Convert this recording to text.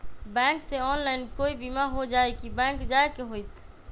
Bank से online कोई बिमा हो जाई कि बैंक जाए के होई त?